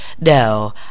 No